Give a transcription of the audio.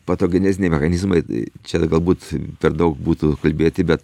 patogeneziniai mechanizmai čia galbūt per daug būtų kalbėti bet